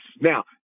Now